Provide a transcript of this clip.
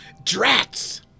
Drats